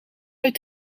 uit